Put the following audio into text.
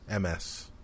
MS